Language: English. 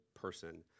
person